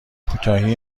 کوتاهی